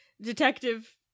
Detective